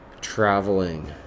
traveling